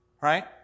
Right